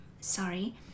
sorry